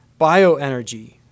bioenergy